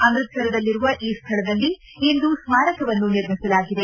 ಅಮೃತಸರದಲ್ಲಿರುವ ಈ ಸ್ಥಳದಲ್ಲಿ ಇಂದು ಸ್ಮಾರಕವನ್ನು ನಿರ್ಮಿಸಲಾಗಿದೆ